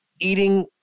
eating